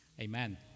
Amen